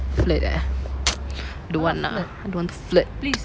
flirt ah don't want lah don't flirt